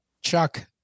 Chuck